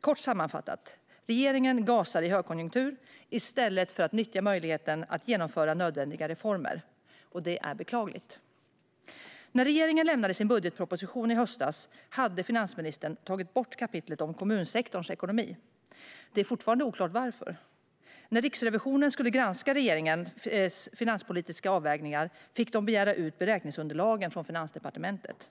Kort sammanfattat gasar regeringen i högkonjunktur i stället för att nyttja möjligheten att genomföra nödvändiga reformer. Det är beklagligt. När regeringen lämnade sin budgetproposition i höstas hade finansministern tagit bort kapitlet om kommunsektorns ekonomi. Det är fortfarande oklart varför. När Riksrevisionen skulle granska regeringens finanspolitiska avvägningar fick de begära ut beräkningsunderlagen från Finansdepartementet.